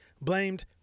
blamed